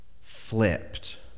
flipped